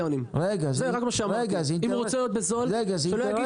--- אם הוא רוצה להיות בזול שלא יגיד